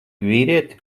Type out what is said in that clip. vīrieti